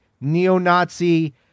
neo-Nazi